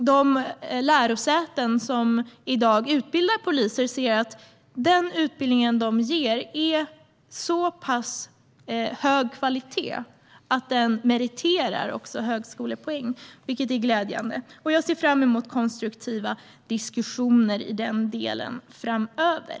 De lärosäten som i dag utbildar poliser säger att den utbildning de ger är av så pass hög kvalitet att den meriterar för högskolepoäng, vilket är glädjande. Jag ser fram emot konstruktiva diskussioner i den delen framöver.